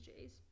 Jays